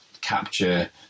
capture